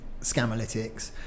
Scamalytics